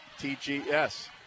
TGS